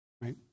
Right